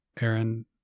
Aaron